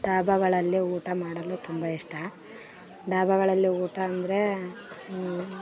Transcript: ಡಾಬಾಗಳಲ್ಲಿ ಊಟ ಮಾಡಲು ತುಂಬ ಇಷ್ಟ ಡಾಬಾಗಳಲ್ಲಿ ಊಟ ಅಂದರೆ